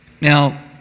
Now